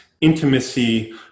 intimacy